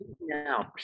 Now